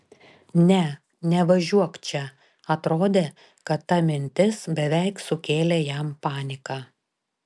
ne nevažiuok čia atrodė kad ta mintis beveik sukėlė jam paniką